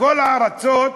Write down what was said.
בכל הארצות,